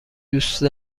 دوست